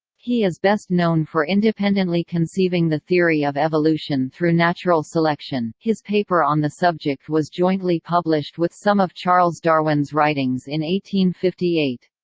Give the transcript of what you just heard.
he is best known for independently conceiving the theory of evolution through natural selection his paper on the subject was jointly published with some of charles darwin's writings in fifty eight.